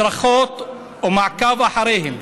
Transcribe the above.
הדרכות או מעקב אחריהן,